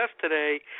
today